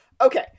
Okay